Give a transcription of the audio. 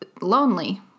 lonely